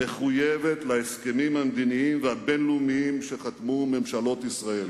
מחויבת להסכמים המדיניים והבין-לאומיים שחתמו ממשלות ישראל,